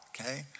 okay